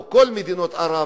או כל מדינות ערב,